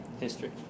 History